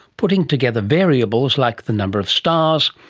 putting together variables like the number of stars,